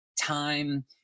time